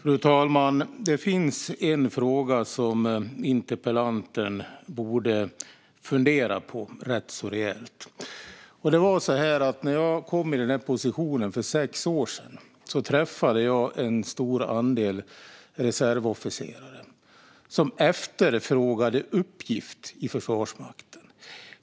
Fru talman! Det finns en fråga som interpellanten rejält borde fundera över. När jag kom i den här positionen för sex år sedan träffade jag en stor andel reservofficerare som efterfrågade en uppgift i Försvarsmakten.